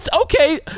Okay